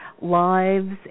lives